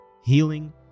healing